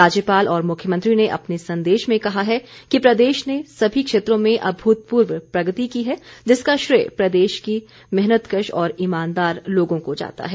राज्यपाल और मुख्यमंत्री ने अपने संदेश में कहा है कि प्रदेश ने सभी क्षेत्रों में अभूतपूर्व प्रगति की है जिसका श्रेय प्रदेश के मेहनतकश और ईमानदार लोगों को जाता है